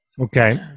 Okay